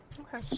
Okay